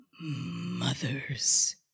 mother's